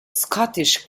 scottish